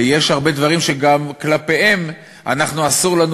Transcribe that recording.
יש הרבה דברים שגם כלפיהם אסור לנו